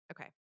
okay